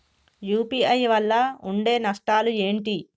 UPI వల్ల ఉండే నష్టాలు ఏంటి??